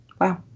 wow